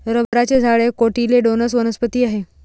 रबराचे झाड एक कोटिलेडोनस वनस्पती आहे